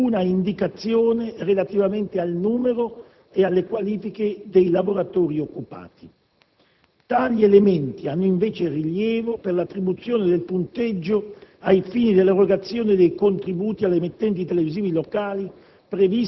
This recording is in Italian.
alcuna indicazione relativamente al numero e alle qualifiche dei lavoratori occupati. Tali elementi hanno invece rilievo per l'attribuzione del punteggio ai fini dell'erogazione dei contributi alle emittenti televisive locali